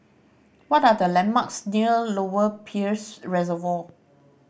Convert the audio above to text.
what are the landmarks near Lower Peirce Reservoir